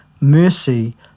Mercy